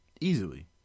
Easily